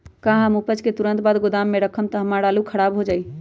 का हम उपज के तुरंत बाद गोदाम में रखम त हमार आलू खराब हो जाइ?